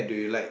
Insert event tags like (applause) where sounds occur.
(breath)